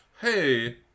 Hey